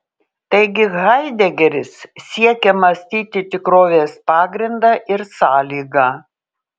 taigi haidegeris siekia mąstyti tikrovės pagrindą ir sąlygą